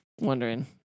wondering